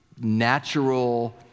natural